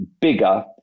bigger